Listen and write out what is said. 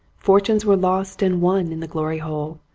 fortunes were lost and won in the glory hole,